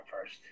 first